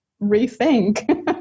rethink